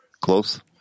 close